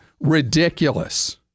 ridiculous